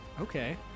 Okay